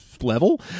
level